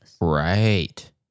Right